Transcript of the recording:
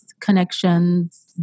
connections